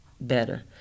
better